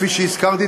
כפי שהזכרתי,